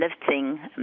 lifting